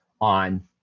on